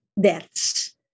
deaths